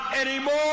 anymore